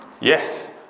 Yes